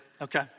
Okay